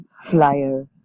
Flyer